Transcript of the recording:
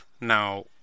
Now